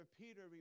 Peter